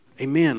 amen